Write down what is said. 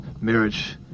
marriage